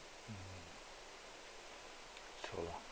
to